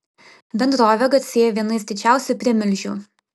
bendrovė garsėja vienais didžiausių primilžių